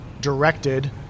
directed